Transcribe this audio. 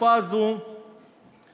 בתקופה הזאת יוחלט